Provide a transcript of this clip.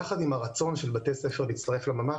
יחד עם הרצון של בתי ספר להצטרף לממ"ח